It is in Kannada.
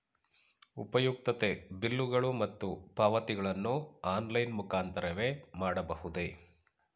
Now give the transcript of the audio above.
ಉಪಯುಕ್ತತೆ ಬಿಲ್ಲುಗಳು ಮತ್ತು ಪಾವತಿಗಳನ್ನು ಆನ್ಲೈನ್ ಮುಖಾಂತರವೇ ಮಾಡಬಹುದೇ?